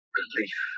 relief